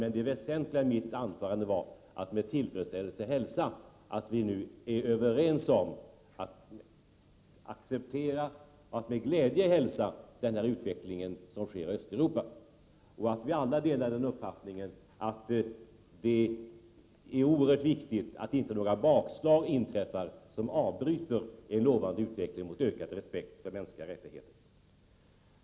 Men det väsentliga i mitt anförande var att med tillfredsställelse notera att vi nu är överens om att med glädje hälsa den utveckling som sker i Östeuropa och att vi alla delar den uppfattningen att det är oerhört viktigt att inte några bakslag inträffar som avbryter en lovande utveckling mot ökad respekt för mänskliga rättigheter.